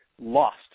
lost